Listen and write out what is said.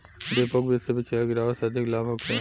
डेपोक विधि से बिचरा गिरावे से अधिक लाभ होखे?